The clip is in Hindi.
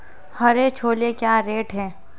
हरे छोले क्या रेट हैं?